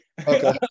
Okay